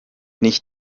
nicht